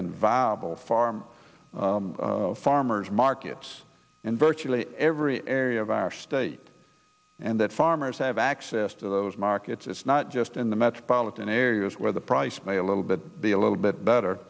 and viable farm farmers markets in virtually every area of our state and that farmers have access to those markets not just in the metropolitan areas where the price may a little bit be a little bit better